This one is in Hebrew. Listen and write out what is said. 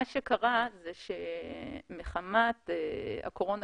מה שקרה זה שמחמת הקורונה